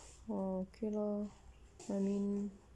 oh okay lor I mean